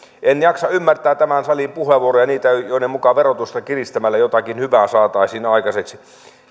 en jaksa ymmärtää tämän salin puheenvuoroja niitä joiden mukaan verotusta kiristämällä jotakin hyvää saataisiin aikaiseksi